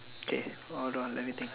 okay hold on let me think